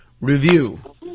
review